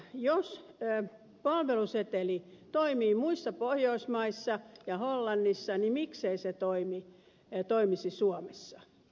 jos palveluseteli toimii muissa pohjoismaissa ja hollannissa niin miksei se toimisi suomessa